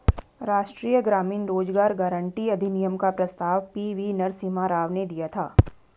राष्ट्रीय ग्रामीण रोजगार गारंटी अधिनियम का प्रस्ताव पी.वी नरसिम्हा राव ने दिया था